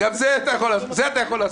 זה אתה יכול לעשות.